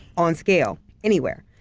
on scale anywhere.